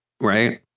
Right